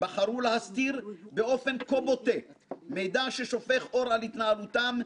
בחרו להסתיר באופן כה בוטה מידע ששופך אור על התנהלותם,